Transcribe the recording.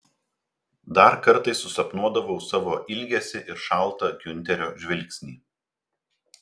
dar kartais susapnuodavau savo ilgesį ir šaltą giunterio žvilgsnį